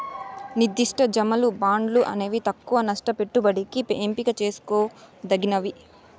నిర్దిష్ట జమలు, బాండ్లు అనేవి తక్కవ నష్ట పెట్టుబడికి ఎంపిక చేసుకోదగ్గవి